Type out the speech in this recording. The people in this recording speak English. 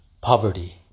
Poverty